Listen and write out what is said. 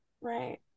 right